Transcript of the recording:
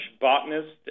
botanist